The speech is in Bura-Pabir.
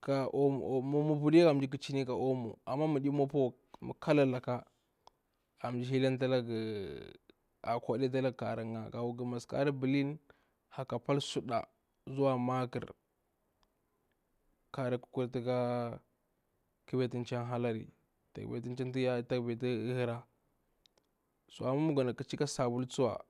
ka omo, amma ma mwapu ma kala laka a mji koɗafe laga karin nga ma, nga masu kari bilin haka ka pal, suda zuwa maƙar, kari ƙa kurtuka betu cha halari, ta betu ghara, suma amma na gana ƙacha ka sabulu tsuwa.